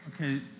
Okay